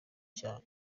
cya